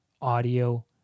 audio